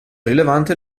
rilevante